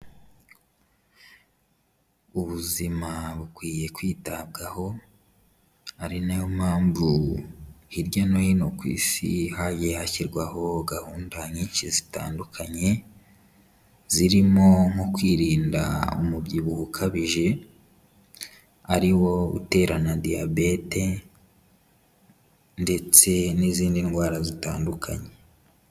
Ubuzima bukwiye kwitabwaho, ari nayo mpamvu hirya no hino ku isi hagiye hashyirwaho gahunda nyinshi zitandukanye, zirimo nko kwirinda umubyibuho ukabije, ari wo utera na Diyabete ndetse n'izindi ndwara zitandukanye.